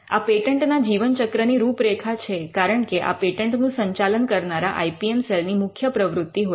આ પેટન્ટ ના જીવન ચક્ર ની રૂપરેખા છે કારણકે આ પેટન્ટ નું સંચાલન કરનારા આઇ પી એમ સેલ ની મુખ્ય પ્રવૃત્તિ હોય છે